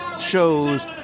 shows